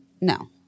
no